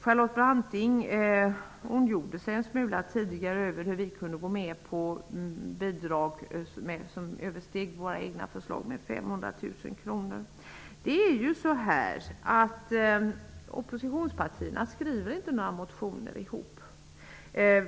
Charlotte Branting ondgjorde sig tidigare en smula över att vi kunde gå med på bidrag som översteg våra egna förslag med 500 000 kr. Oppositionspartierna skriver inte några motioner tillsammans.